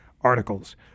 articles